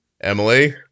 Emily